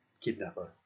kidnapper